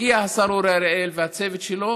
הגיע השר אורי אריאל והצוות שלו